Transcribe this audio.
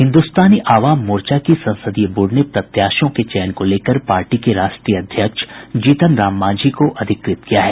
हिन्दुस्तानी आवाम मोर्चा की संसदीय बोर्ड ने प्रत्याशियों के चयन को लेकर पार्टी के राष्ट्रीय अध्यक्ष जीतन राम मांझी को अधिकृत किया है